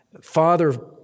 Father